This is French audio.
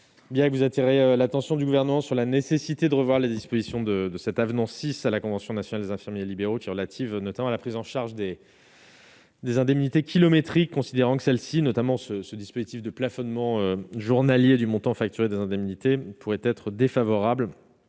Bien que vous attirer l'attention du gouvernement sur la nécessité de revoir les dispositions de cet avenant, 6 à la convention nationale des infirmiers libéraux qui relatives notamment à la prise en charge des. Des indemnités kilométriques, considérant que celle-ci notamment ce ce dispositif de plafonnement journalier du montant facturé des indemnités pourraient être défavorables,